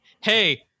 hey